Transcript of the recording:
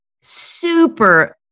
super